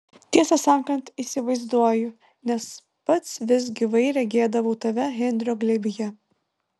tiesą sakant įsivaizduoju nes pats vis gyvai regėdavau tave henrio glėbyje